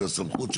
של הסמכות,